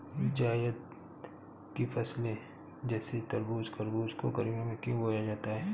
जायद की फसले जैसे तरबूज़ खरबूज को गर्मियों में क्यो बोया जाता है?